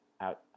out